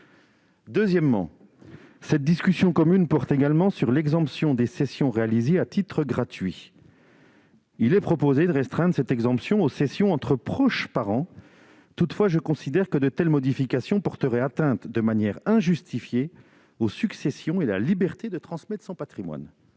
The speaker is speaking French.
Deuxièmement, cette discussion commune porte sur l'exemption des cessions réalisées à titre gratuit. Il est proposé de la restreindre aux cessions entre proches parents. À mon sens, de telles modifications porteraient atteinte de manière injustifiée aux successions et à la liberté de transmettre son patrimoine.